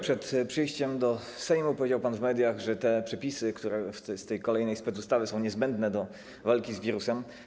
Przed przyjściem do Sejmu powiedział pan w mediach, że te przepisy z tej kolejnej specustawy są niezbędne do walki z wirusem.